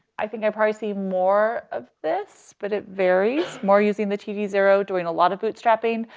i think i probably see more of this but it varies more using the td zero, doing a lot of bootstrapping,